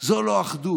זה לא אחדות.